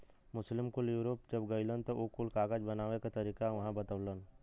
मुस्लिम कुल यूरोप जब गइलन त उ कुल कागज बनावे क तरीका उहाँ बतवलन